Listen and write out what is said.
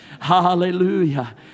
Hallelujah